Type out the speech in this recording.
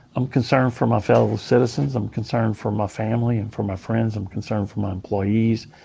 i'm concerned for my fellow citizens. i'm concerned for my family and for my friends. i'm concerned for my employees.